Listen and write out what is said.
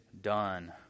done